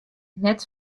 net